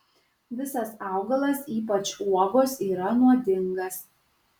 visas augalas ypač uogos yra nuodingas